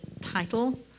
title